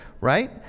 right